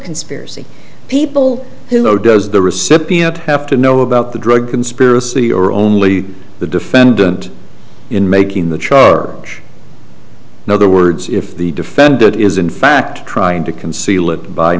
conspiracy people who know does the recipient have to know about the drug conspiracy or only the defendant in making the charge in other words if the defendant is in fact trying to conceal it by